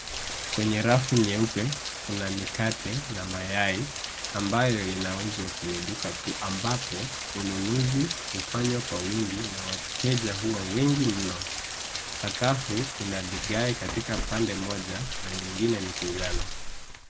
Kwenye rafu nyeupe, kuna mikate na mayai ambayo inauzwa kwenye duka kuu ambapo ununuzi hufanywa kwa wingi na wateja huwa wengi mno. Sakafu ina vigae katika pande moja na nyingine ni kijano.